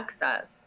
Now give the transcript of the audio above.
access